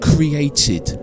created